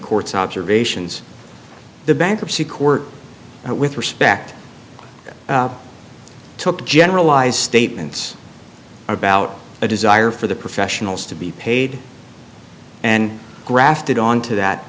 court's observations the bankruptcy court with respect to generalize statements about a desire for the professionals to be paid and grafted on to that